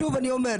שוב אני אומר,